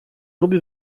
lubi